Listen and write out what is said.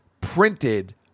printed